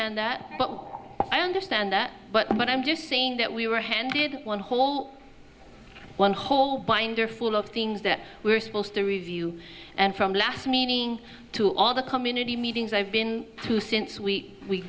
understand that but i understand that but i'm just saying that we were handed one whole one whole binder full of things that we're supposed to review and from last meaning to all the community meetings i've been to since we